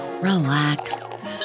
relax